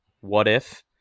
what-if